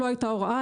לא הייתה הוראה,